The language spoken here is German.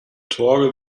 torge